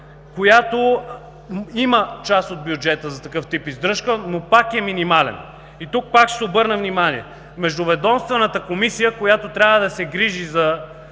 която има част от бюджета за такъв тип издръжка, но пак е минимално. И тук пак ще обърна внимание. Междуведомствената комисия, която трябва да се грижи за